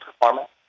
performance